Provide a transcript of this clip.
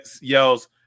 yells